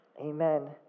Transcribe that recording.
Amen